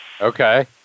Okay